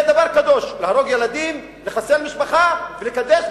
זה דבר קדוש, להרוג ילדים, לחסל משפחה ולקדש.